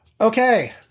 Okay